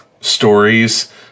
stories